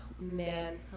Man